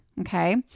okay